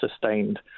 sustained